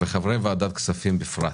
וחברי ועדת כספים בפרט,